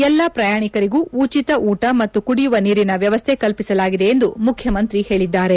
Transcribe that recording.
ಎಲ್ಲಾ ಪ್ರಯಾಣಿಕರಿಗೂ ಉಚಿತ ಊಟ ಮತ್ತು ಕುಡಿಯುವ ನೀರಿನ ವ್ಯವಸ್ಥೆ ಕಲ್ಪಿಸಲಾಗಿದೆ ಎಂದು ಮುಖ್ವಮಂತ್ರಿ ಹೇಳಿದ್ದಾರೆ